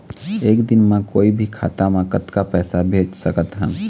एक दिन म कोई भी खाता मा कतक पैसा भेज सकत हन?